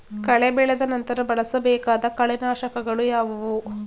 ಕಳೆ ಬೆಳೆದ ನಂತರ ಬಳಸಬೇಕಾದ ಕಳೆನಾಶಕಗಳು ಯಾವುವು?